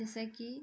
जैसे की